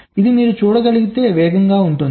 ఇది మీరు చూడగలిగినంత వేగంగా ఉంటుంది